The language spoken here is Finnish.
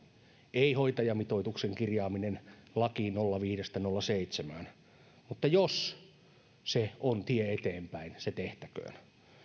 ei hoitajamitoituksen kirjaaminen lakiin nolla pilkku viidestä nolla pilkku seitsemään mutta jos se on tie eteenpäin se tehtäköön